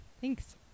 thanks